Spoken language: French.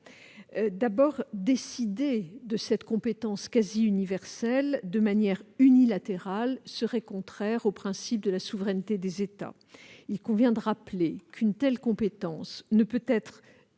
D'abord, décider de cette compétence quasiment universelle de manière unilatérale serait contraire au principe de la souveraineté des États. Il convient de rappeler qu'une telle compétence ne peut